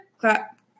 clap